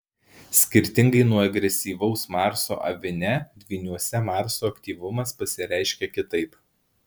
skirtingai nuo agresyvaus marso avine dvyniuose marso aktyvumas pasireiškia kitaip